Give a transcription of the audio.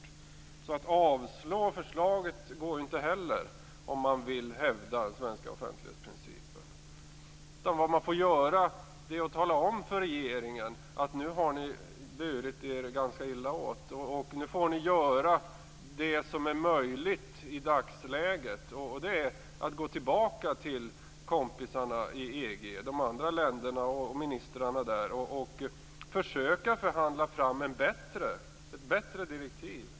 Det går alltså inte heller att avslå förslaget, om man vill hävda den svenska offentlighetsprincipen. Vad man får göra är att tala om för regeringen att den nu har burit sig ganska illa åt och att den nu får göra det som är möjligt i dagsläget. Det är att gå tillbaka till de andra länderna och ministrarna i EU och försöka förhandla fram ett bättre direktiv.